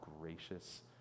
gracious